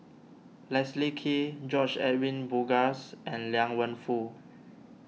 Leslie Kee George Edwin Bogaars and Liang Wenfu